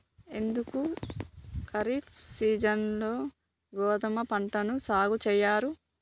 ఎందుకు ఖరీఫ్ సీజన్లో గోధుమ పంటను సాగు చెయ్యరు?